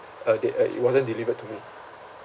uh did uh it wasn't delivered to me